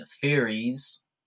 theories